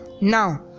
Now